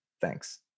Thanks